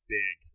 big